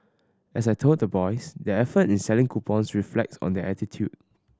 as I told the boys their effort in selling coupons reflects on their attitude